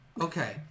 Okay